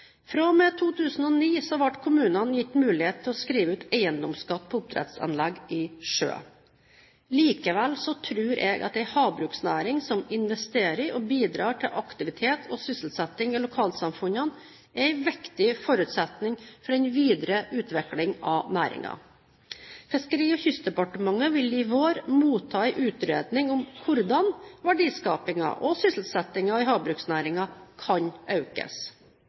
kommunene gitt mulighet til å skrive ut eiendomsskatt på oppdrettsanlegg i sjø. Likevel tror jeg at en havbruksnæring som investerer og bidrar til aktivitet og sysselsetting i lokalsamfunnene, er en viktig forutsetning for den videre utviklingen av næringen. Fiskeri- og kystdepartementet vil i vår motta en utredning om hvordan verdiskapingen og sysselsettingen i havbruksnæringen kan økes.